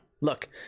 look